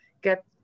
get